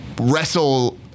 wrestle